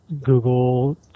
Google